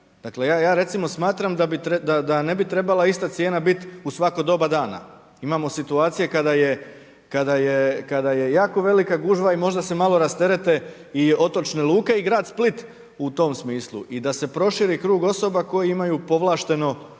ja recimo smatram da ne bi trebala ista cijena biti u svako doba dana. Imamo situacije kada je jako velika gužva i možda se malo rasterete i otočne luke i grad Split u tom smislu. I da se proširi krug osoba koji imaju povlašteno